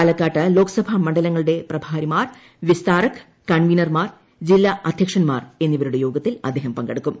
പാലക്കാട്ട് ലോക്സഭാ മണ്ഡലങ്ങളുടെ പ്രഭാരിമാർ വിസ്താരക് കൺവീനർമാർ ജില്ലാ അധ്യക്ഷന്മാർ എന്നിവരുടെ യോഗത്തിൽ അദ്ദേഹം പങ്കെടുക്കും